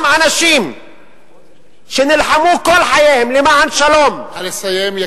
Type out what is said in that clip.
גם לאנשים שנלחמו כל חייהם למען שלום, נא לסיים.